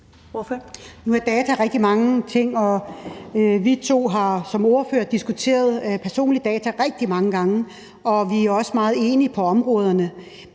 Nu er data rigtig mange ting, og vi to har som ordførere diskuteret personlige data rigtig mange gange, og vi er også meget enige på området.